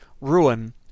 ruin